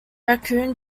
raccoon